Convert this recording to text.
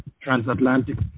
transatlantic